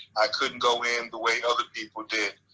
i couldn't go in the way other people did.